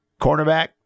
cornerback